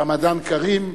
רמדאן כרים,